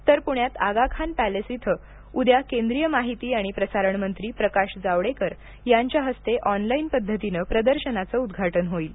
तर पृण्यात आगा खान पॅलेस इथं उद्या केंद्रीय माहिती आणि प्रसारणमंत्री प्रकाश जावडेकर यांच्या हस्ते ऑनलाईन पद्धतीनं प्रदर्शनाचं उद्घाटन होईल